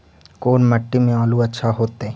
कोन मट्टी में आलु अच्छा होतै?